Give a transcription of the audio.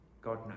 God